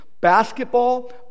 basketball